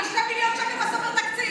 השר קרעי, ה-2 מיליון בספר התקציב.